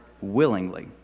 willingly